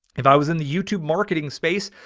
if i was in the youtube marketing space,